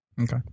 Okay